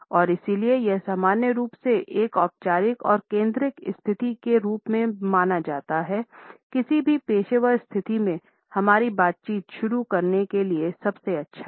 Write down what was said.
और इसलिए यह सामान्य रूप से एक औपचारिक और केंद्रित स्थिति के रूप में माना जाता हैकिसी भी पेशेवर स्थिति में हमारी बातचीत शुरू करने के लिए सबसे अच्छा हैं